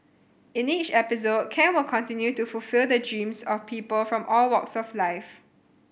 in each episode Ken will continue to fulfil the dreams of people from all walks of life